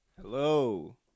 Hello